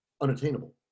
unattainable